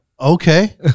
okay